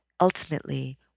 ultimately